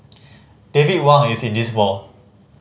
David Wang is in this mall